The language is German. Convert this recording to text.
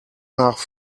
nach